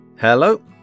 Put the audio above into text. Hello